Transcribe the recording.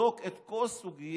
שתבדוק את כל סוגיית